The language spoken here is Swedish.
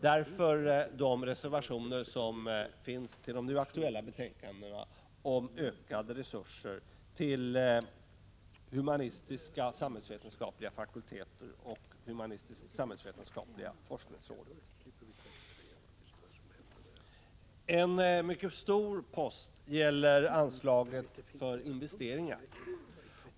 Därför har vi avgett de reservationer om ökade resurser till humanistiska och samhällsvetenskapliga fakulteter och till humanistisksamhällsvetenskapliga forskningsrådet som finns i de nu aktuella betänkandena. En mycket stor post i budgetpropositionen är anslaget för investeringar.